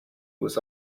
was